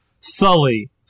Sully